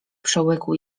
przełyku